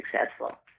successful